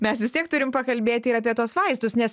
mes vis tiek turim pakalbėti ir apie tuos vaistus nes